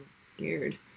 scared